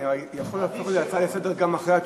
אני יכול להפוך את זה להצעה לסדר-היום גם אחרי התשובה.